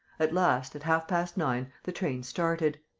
at last, at half-past nine, the train started.